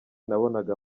nabonaga